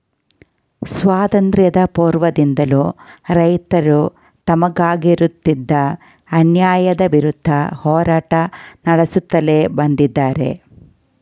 ಸ್ವಾತಂತ್ರ್ಯ ಪೂರ್ವದಿಂದಲೂ ರೈತರು ತಮಗಾಗುತ್ತಿದ್ದ ಅನ್ಯಾಯದ ವಿರುದ್ಧ ಹೋರಾಟ ನಡೆಸುತ್ಲೇ ಬಂದಿದ್ದಾರೆ